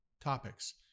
topics